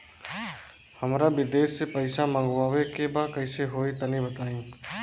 हमरा विदेश से पईसा मंगावे के बा कइसे होई तनि बताई?